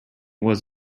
was